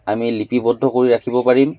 আমি লিপিবদ্ধ কৰি ৰাখিব পাৰিম